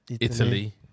italy